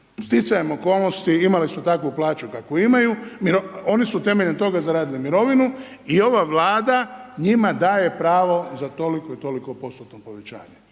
Sticajem okolnosti imali su takvu plaću kakvu imaju, oni su temeljem toga zaradili mirovinu, i ova Vlada njima daje pravo za toliko i toliko postotno povećanje.